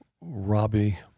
Robbie